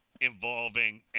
involving